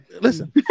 Listen